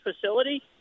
facility